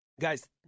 Guys